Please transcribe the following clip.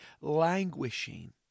languishing